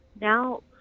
Now